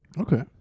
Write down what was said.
okay